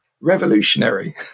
revolutionary